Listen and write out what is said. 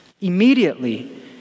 Immediately